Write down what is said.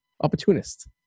opportunist